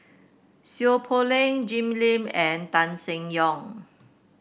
Seow Poh Leng Jim Lim and Tan Seng Yong